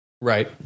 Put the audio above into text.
Right